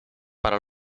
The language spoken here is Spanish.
para